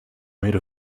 made